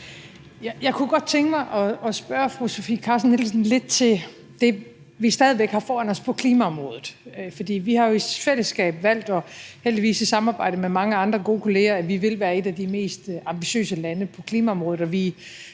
Jeg kunne godt tænke mig at spørge fru Sofie Carsten Nielsen lidt til det, som vi stadig væk har foran os på klimaområdet. For vi har jo i fællesskab valgt og heldigvis i samarbejde med mange andre gode kolleger, at vi vil være et af de mest ambitiøse lande på klimaområdet,